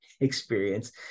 experience